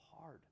hard